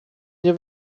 nie